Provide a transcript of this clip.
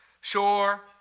sure